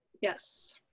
Yes